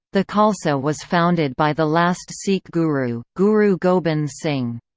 the khalsa was founded by the last sikh guru, guru gobind singh.